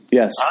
yes